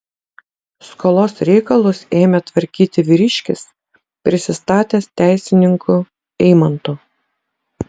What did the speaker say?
skolos reikalus ėmė tvarkyti vyriškis prisistatęs teisininku eimantu